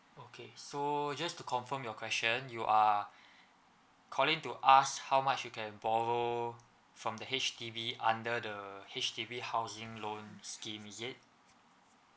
okay so just to confirm your question you are calling to ask how much you can borrow from the H_D_B under the H_D_B housing loan scheme is it